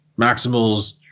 maximals